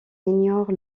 ignore